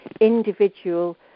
individual